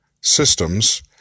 systems